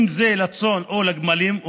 לצאן או לגמלים,